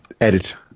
edit